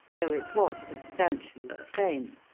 though it was substantially the same.